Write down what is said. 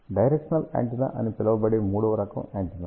directional antenna అని పిలువబడే మూడవ రకం యాంటెన్నా